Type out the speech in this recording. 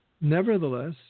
Nevertheless